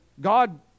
God